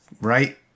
right